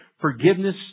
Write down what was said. forgiveness